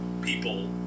people